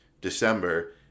December